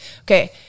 Okay